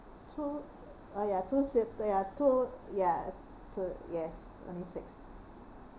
two uh ya two s~ ya two ya two yes only six